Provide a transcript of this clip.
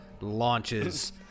launches